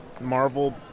Marvel